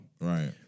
Right